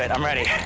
and i'm ready.